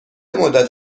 مدت